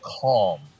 calm